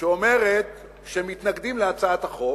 שאומרת שהם מתנגדים להצעת החוק,